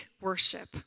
worship